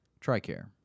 TRICARE